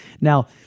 Now